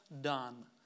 done